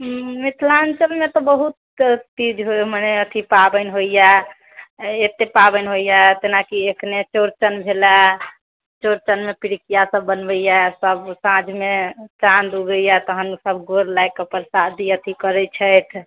मिथिलाञ्चलमे तऽ बहुत तीज अथि पावनि होइया अत्तेक पावनि होइया जेनाकि अखन चोड़चन भेलए चोड़चनमे पिरुकिया सब बनबैया सब साँझमे चाँद उगैया तखन सब गोर लागिके प्रसादी अथि करैत छथि